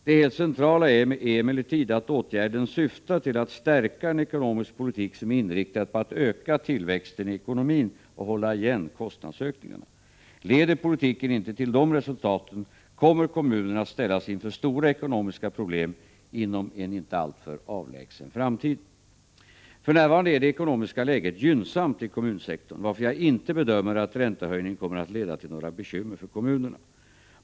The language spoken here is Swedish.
Det helt centrala är emellertid att åtgärden syftar till att stärka en ekonomisk politik som är inriktad på att öka tillväxten i ekonomin och hålla igen kostnadsökningarna. Leder politiken inte till dessa resultat kommer kommunerna att ställas inför stora ekonomiska problem inom en inte alltför avlägsen framtid. För närvarande är det ekonomiska läget gynnsamt i kommunsektorn, varför jag inte bedömer att räntehöjningen kommer att leda till några bekymmer för kommunerna.